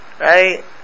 right